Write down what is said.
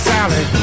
Sally